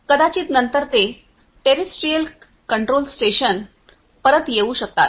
कदाचित नंतर ते टेरिट्रियल कंट्रोल स्टेशनवर परत येऊ शकतात